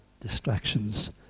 distractions